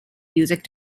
music